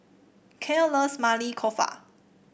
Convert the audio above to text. Kael loves Maili Kofta